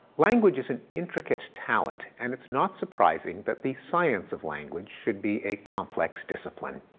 language is an intricate talent and it's not surprising that the science of language should be a complex discipline.